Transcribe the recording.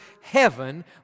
heaven